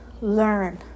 learn